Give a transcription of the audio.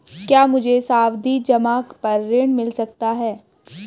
क्या मुझे सावधि जमा पर ऋण मिल सकता है?